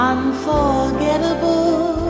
Unforgettable